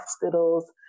hospitals